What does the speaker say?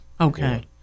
Okay